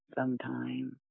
sometime